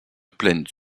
plaines